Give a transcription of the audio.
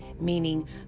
meaning